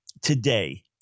today